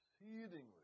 exceedingly